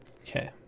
Okay